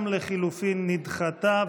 גם הלחלופין נדחתה.